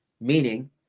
meaning